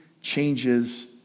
changes